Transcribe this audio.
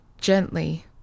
gently